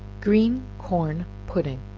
green corn pudding.